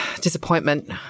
disappointment